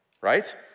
Right